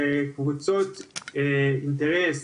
וקבוצות אינטרס,